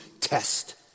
test